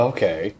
Okay